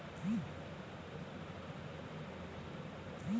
dry বা শুস্ক চাষ যে অল্চল গুলা ঠাল্ডা আর সুকলা সেখালে হ্যয়